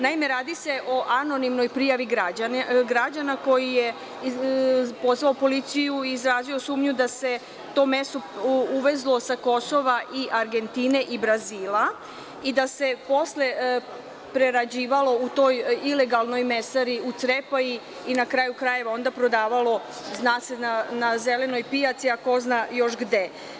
Naime, radi se anonimnoj prijavi građana koji je pozvao policiju i izjavio sumnju da se to meso uvezlo sa Kosova, Argentine i Brazila i da se posle prerađivalo u toj ilegalnoj mesari u Crepaji i na kraju krajeva, onda prodavalo na zelenoj pijaci, a ko zna još gde.